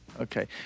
okay